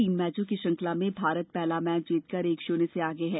तीन मैचों की श्रृंखला में भारत पहला मैच जीतकर एक श्रन्य से आगे है